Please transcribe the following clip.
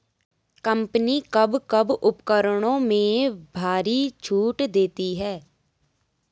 Company कब कब उपकरणों में भारी छूट देती हैं?